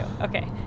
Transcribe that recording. Okay